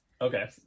Okay